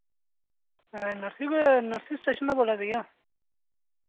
एह् नर्सरी कोला nursery station दा बोल्ला दे बेइया